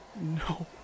No